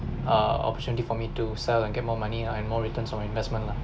err opportunity for me to sell and get more money and more returns from investment lah